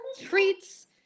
treats